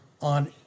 on